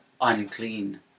unclean